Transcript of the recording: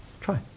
Try